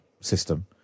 system